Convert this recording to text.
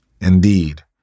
Indeed